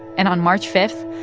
and on march five,